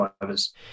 drivers